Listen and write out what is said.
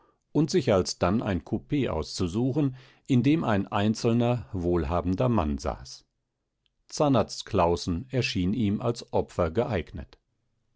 und sich alsdann ein kupee auszusuchen in dem ein einzelner wohlhabender mann saß zahnarzt claußen erschien ihm als opfer geeignet